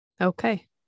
Okay